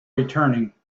returning